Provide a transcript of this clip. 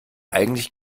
eigentlich